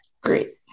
Great